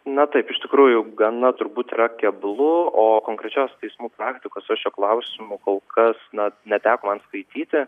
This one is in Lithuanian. na taip iš tikrųjų gana turbūt yra keblu o konkrečios teismų praktikos šiuo klausimu kol kas na neteko man skaityti